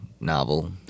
novel